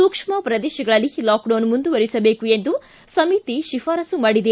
ಸೂಕ್ಷ್ಮ ಪ್ರದೇಶಗಳಲ್ಲಿ ಲಾಕ್ಡೌನ್ ಮುಂದುವರೆಸಬೇಕು ಎಂದು ಸಮಿತಿ ಶಿಫಾರಸು ಮಾಡಿದೆ